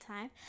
time